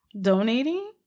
donating